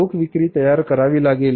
रोख विक्री किती आहे